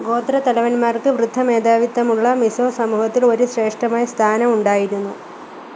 ഗോത്രത്തലവന്മാർക്ക് വൃദ്ധ മേധാവിത്തമുള്ള മിസോ സമൂഹത്തിൽ ഒരു ശ്രേഷ്ഠമായ സ്ഥാനമുണ്ടായിരുന്നു